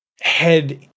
head